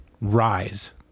rise